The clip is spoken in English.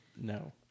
No